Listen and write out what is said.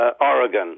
Oregon